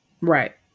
Right